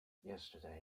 yesterday